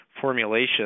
formulation